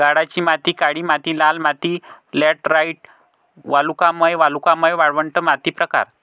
गाळाची माती काळी माती लाल माती लॅटराइट वालुकामय वालुकामय वाळवंट माती प्रकार